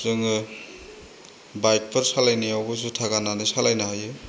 जोङो बाइकफोर सालायनायावबो जुथा गाननानै सालायनो हायो